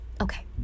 okay